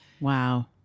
Wow